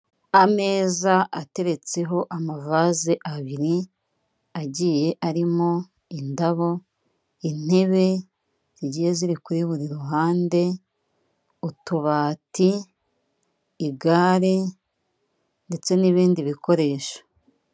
Ameza ateretseho amavase abiri agiye arimo indabo intebe zigiye ziri kuri buri ruhande utubati igare ndetse n'ibindi bikoresho.